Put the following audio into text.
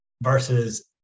versus